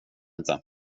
inte